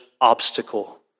obstacle